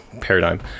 paradigm